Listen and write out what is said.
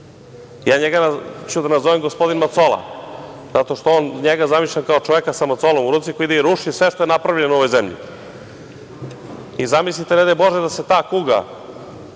Njega ću da nazovem – gospodin macola, zato što njega zamišljam kao čoveka sa macolom u ruci koji ide i ruši sve što je napravljeno u ovoj zemlji. Zamislite, ne daj Bože, da se ta kuga